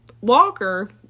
Walker